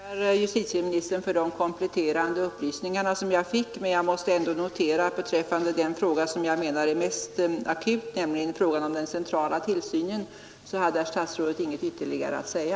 Herr talman! Jag tackar justitieministern för de kompletterande upplysningar jag fick, men jag måste ändå notera att beträffande den Nr 123 fråga som jag menar är mest akut, nämligen den centrala tillsynen, så hade herr statsrådet ingenting ytterligare att säga.